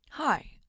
Hi